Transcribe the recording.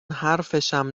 حرفشم